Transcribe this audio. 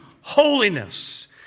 holiness